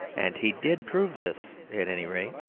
and he did prove this, at any rate.